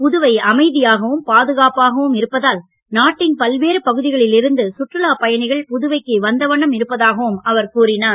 புதுவை அமைதியாகவும் பாதுகாப்பாகவும் இருப்பதால் நாட்டின் பல்வேற பகுதிகளில் இருந்து சுற்றுலாப் பயணிகள் புதுவைக்கு வந்தமை இருப்பதாக அவர் கூறினார்